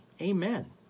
Amen